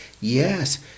yes